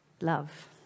love